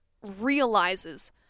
Realizes